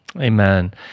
Amen